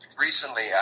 Recently